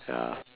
ya